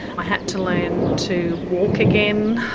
i had to learn to walk again.